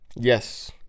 Yes